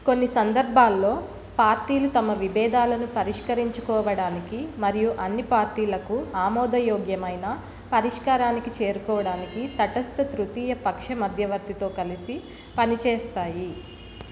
కొన్ని సందర్భాల్లో పార్టీలు తమ విభేదాలను పరిష్కరించుకోవడానికి మరియు అన్ని పార్టీలకు ఆమోదయోగ్యమైన పరిష్కారానికి చేరుకోవడానికి తటస్థ తృతీయ పక్ష మధ్యవర్తితో కలిసి పనిచేస్తాయి